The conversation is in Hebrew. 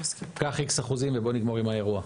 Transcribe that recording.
קח X אחוזים ובוא נגמור עם האירוע.